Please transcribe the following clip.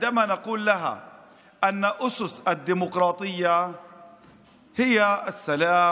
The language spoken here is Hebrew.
כשאנחנו אומרים לאופוזיציה הזאת שהבסיס של הדמוקרטיה הוא השלום,